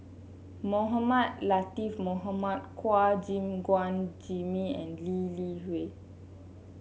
Mohamed Latiff Mohamed Chua Gim Guan Jimmy and Lee Li Hui